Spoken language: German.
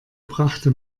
brachte